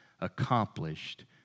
accomplished